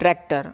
tractor